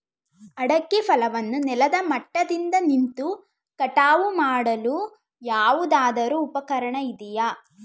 ಅಡಿಕೆ ಫಸಲನ್ನು ನೆಲದ ಮಟ್ಟದಿಂದ ನಿಂತು ಕಟಾವು ಮಾಡಲು ಯಾವುದಾದರು ಉಪಕರಣ ಇದೆಯಾ?